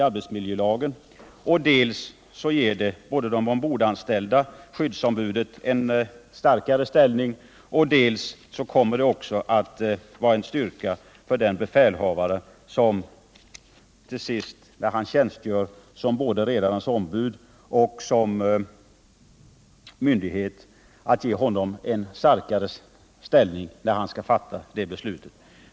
Det ger också både ombordanställda och skyddsombud starkare ställning, och det kommer också att vara en styrka för befälhavare som tjänstgör som både redarens ombud och som myndighet —- de kommer att ha en starkare ställning när de skall fatta beslut.